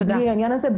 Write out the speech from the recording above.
מבלי העניין הזה,